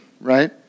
right